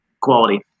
quality